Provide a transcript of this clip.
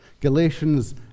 Galatians